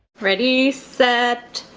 ready, set.